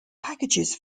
packages